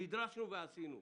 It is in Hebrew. נדרשנו ועשינו.